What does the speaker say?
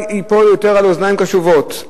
ייפול יותר על אוזניים יותר קשובות,